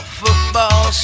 football